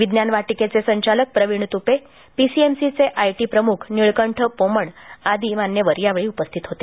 विज्ञान वाटिकेचे संचालक प्रविण तूपे पीसीएमसीचे आयटी प्रमुख नीळकंठ पोमण आदी मान्यवर यावेळी उपस्थित होते